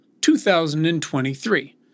2023